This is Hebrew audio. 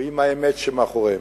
ועם האמת שמאחוריהם.